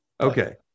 Okay